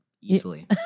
easily